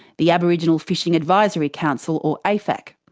the aboriginal fishing advisory council or afac.